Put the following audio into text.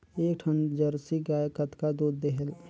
एक ठन जरसी गाय कतका दूध देहेल?